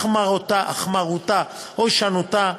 החמרתה או הישנותה,